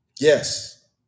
yes